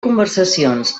conversacions